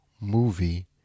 movie